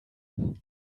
home